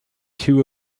two